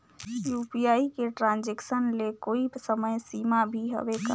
UPI के transaction ले कोई समय सीमा भी हवे का?